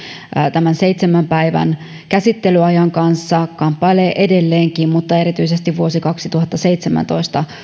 tämän seitsemän päivän käsittelyajan kanssa kamppailee edelleenkin mutta erityisesti vuosi kaksituhattaseitsemäntoista